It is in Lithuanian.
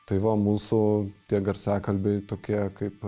tai va mūsų tie garsiakalbiai tokie kaip